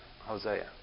Hosea